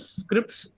scripts